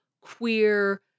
queer